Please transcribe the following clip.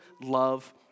love